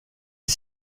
est